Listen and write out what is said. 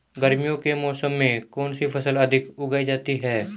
गर्मियों के मौसम में कौन सी फसल अधिक उगाई जाती है?